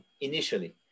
initially